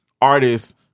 artists